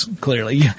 clearly